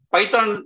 Python